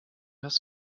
das